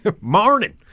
Morning